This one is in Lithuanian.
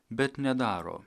bet nedaro